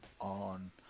on